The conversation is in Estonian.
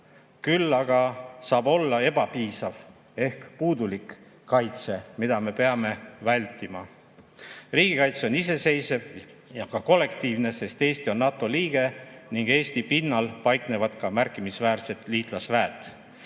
Küll aga saab olla ebapiisav ehk puudulik kaitse. Seda me peame vältima. Riigikaitse on iseseisev ja ka kollektiivne, sest Eesti on NATO liige ning Eesti pinnal paiknevad märkimisväärsed liitlasväed.